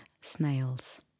Snails